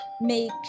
make